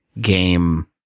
game